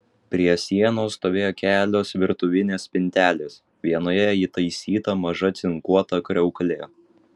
prie sienos stovėjo kelios virtuvinės spintelės vienoje įtaisyta maža cinkuota kriauklė